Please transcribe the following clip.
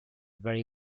very